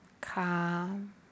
Calm